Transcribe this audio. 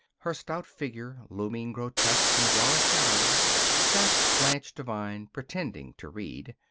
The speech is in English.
her stout figure looming grotesque in wall shadows, sat blanche devine, pretending to read.